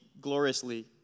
gloriously